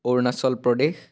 Arunachal Pradesh